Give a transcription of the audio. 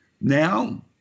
Now